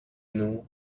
know